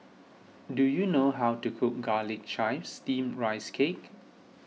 do you know how to cook Garlic Chives Steamed Rice Cake